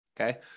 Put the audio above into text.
Okay